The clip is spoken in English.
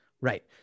right